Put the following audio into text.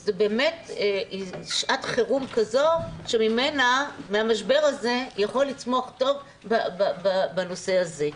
זה באמת שעת חירום כזו שמהמשבר הזה יכול לצמוח טוב בנושא הזה.